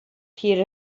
here